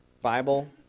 Bible